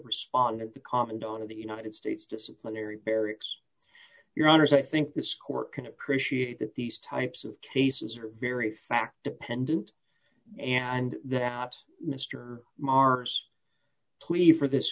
respondent the commandant of the united states disciplinary barracks your honors i think this court can appreciate that these types of cases are very fact dependent and that mr marrs plead for this